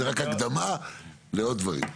זו רק הקדמה לעוד דברים.